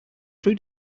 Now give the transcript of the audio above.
crew